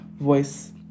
voice